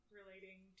relating